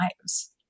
lives